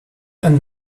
and